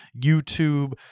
YouTube